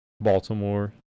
Baltimore